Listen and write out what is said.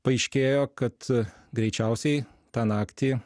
paaiškėjo kad greičiausiai tą naktį